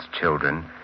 children